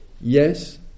yes